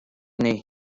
anezho